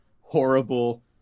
horrible